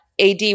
AD